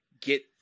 get